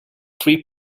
three